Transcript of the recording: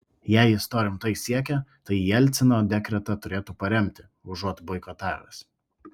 jei jis to rimtai siekia tai jelcino dekretą turėtų paremti užuot boikotavęs